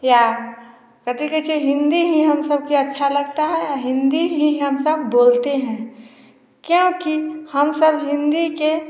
या फती के से हिंदी हिंदी ही हम सबकी अच्छा लगता है आ हिंदी ही हम लोग बोलते हैं क्योंकि हम सब हिंदी के